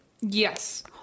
Yes